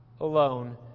alone